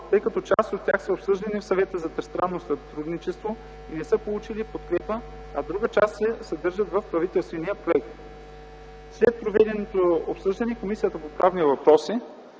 тъй като част от тях са обсъждани в Съвета за тристранно сътрудничество и не са получили подкрепа, а друга част се съдържат в правителствения проект. След проведеното обсъждане Комисията по правни въпроси: